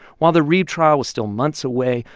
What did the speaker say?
while the retrial was still months away,